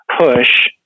push